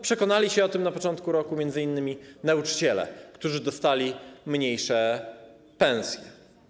Przekonali się o tym na początku roku m.in. nauczyciele, którzy dostali mniejsze pensje.